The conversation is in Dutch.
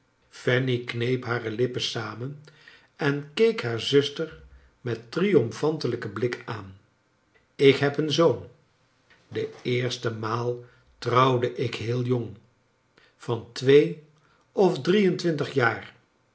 fanny kneep hare lippen samen en keek haar zuster met een triomfantelijken blik aan ik heb een zoon de eerste maal trouwde ik heel jong van tweeof drie en twintig jaar